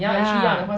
ya